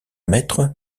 maître